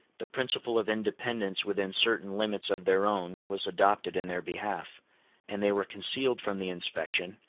the principle of independence within certain limits of their own was adopted in their behalf and they were concealed from the inspection,